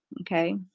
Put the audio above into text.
okay